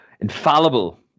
infallible